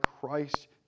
Christ